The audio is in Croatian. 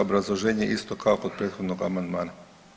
Obrazloženje isto kao kod prethodnog amandmana.